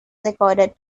recorded